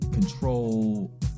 Control